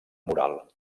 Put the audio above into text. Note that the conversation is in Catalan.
mural